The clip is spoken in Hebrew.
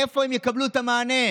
איפה הם יקבלו את המענה?